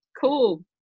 cool